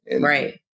Right